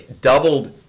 doubled